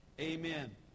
Amen